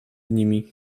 nimi